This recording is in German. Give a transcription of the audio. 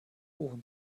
ohren